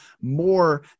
more